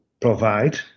provide